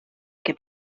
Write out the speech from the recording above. que